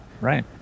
right